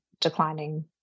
declining